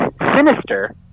sinister